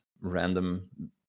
random